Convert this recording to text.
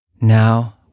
Now